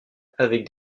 avec